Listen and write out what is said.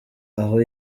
aho